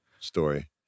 story